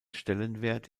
stellenwert